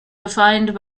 defined